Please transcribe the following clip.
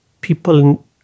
people